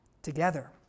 Together